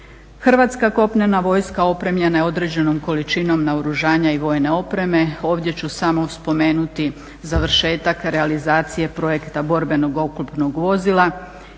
Hrvatska kopnena vojska opremljena je određenom količinom naoružanja i vojne opreme. Ovdje ću samo spomenuti završetak realizacije projekta borbenog oklopnog vozila.